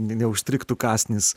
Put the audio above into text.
neužstrigtų kąsnis